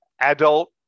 adult